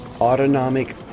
Autonomic